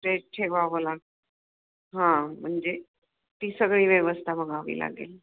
stage ठेवावं लाग हां म्हणजे ती सगळी व्यवस्था बघावी लागेल